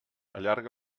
allarga